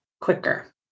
quicker